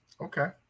Okay